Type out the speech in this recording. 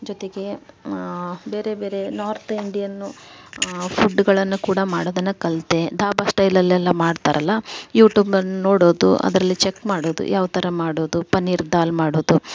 ಜೊತೆಗೆ ಬೇರೆ ಬೇರೆ ನಾರ್ತ್ ಇಂಡಿಯನು ಫುಡ್ಗಳನ್ನು ಕೂಡ ಮಾಡೋದನ್ನು ಕಲಿತೆ ದಾಬಾ ಸ್ಟೈಲಲ್ಲಿ ಎಲ್ಲ ಮಾಡ್ತಾರಲ್ಲ ಯುಟ್ಯೂಬಲ್ಲಿ ನೋಡೋದು ಅದರಲ್ಲಿ ಚೆಕ್ ಮಾಡೋದು ಯಾವ ತರಹ ಮಾಡೋದು ಪನ್ನೀರ್ ದಾಲ್ ಮಾಡೋದು